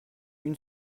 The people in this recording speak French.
une